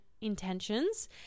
intentions